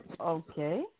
Okay